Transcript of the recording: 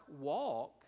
walk